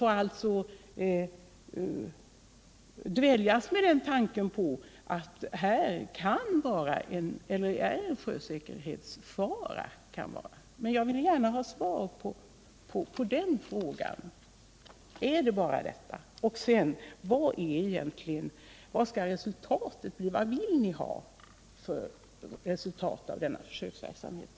Kan vi slippa dväljas i ett tillstånd av oro för den sjösäkerhetsfara som kan uppstå? Jag vill gärna ha ett svar på de frågorna liksom på frågan vilket resultat ni vill uppnå med försöksverksamheten.